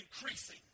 increasing